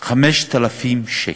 5,000 שקל.